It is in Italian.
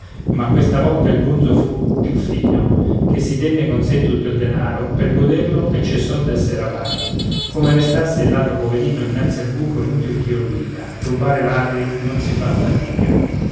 ma questa volta il gonzo fu più fino ché si tenne con sé tutto il denaro per goderlo e cessò d'essere avaro come restasse il ladro poverino innanzi al buco è inutil ch'io lo dica rubare ai ladri non si fa fatica